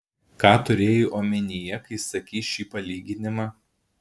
ką turėjai omenyje kai sakei šį palyginimą